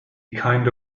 kind